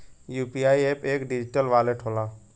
UPI app एक digital wallet होला